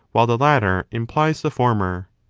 while the latter implies the former.